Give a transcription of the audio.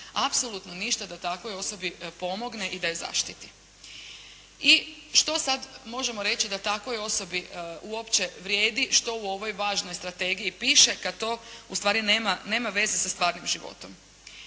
apsolutno ništa da takvoj osobi pomogne i da je zaštiti. I što sada možemo reći da takvoj osobi uopće vrijedi što u ovoj važnoj strategiji piše kada to ustvari nema veze sa stvarnim životom.